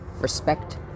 Respect